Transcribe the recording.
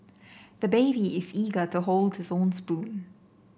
the baby is eager to hold his own spoon